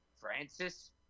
Francis